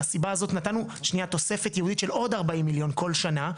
מהסיבה הזאת נתנו תוספת ייעודית של עוד 40 מיליון כל שנה,